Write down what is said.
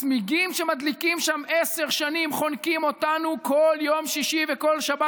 הצמיגים שמדליקים שם עשר שנים חונקים אותנו כל יום שישי וכל שבת.